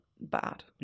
bad